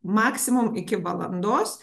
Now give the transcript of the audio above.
maksimum iki valandos